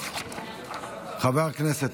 חברי הכנסת,